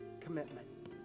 commitment